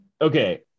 okay